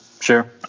sure